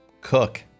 cook